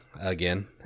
again